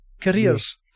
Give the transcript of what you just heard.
Careers